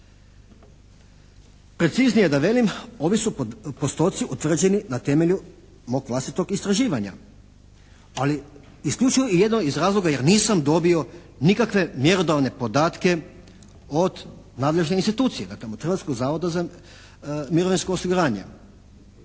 Preciznije da velim ovi su postoci utvrđeni na temelju mog vlastitog istraživanja, ali isključivo i jedino iz razloga jer nisam dobio nikakve mjerodavne podatke od nadležne institucije dakle od Hrvatskog zavoda za mirovinsko osiguranje.